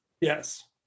Yes